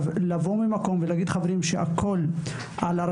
לבוא ולהגיד שהכול על משרד החינוך או שהכול